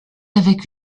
avec